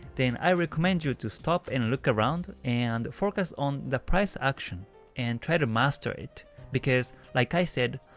then i recommend you to stop and look around, and focus on the price action and try to master it, because like i said,